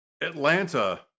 Atlanta